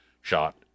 shot